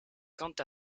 quant